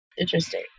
Interesting